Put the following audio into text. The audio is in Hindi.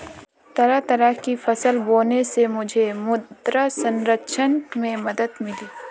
तरह तरह की फसल बोने से मुझे मृदा संरक्षण में मदद मिली